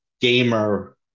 gamer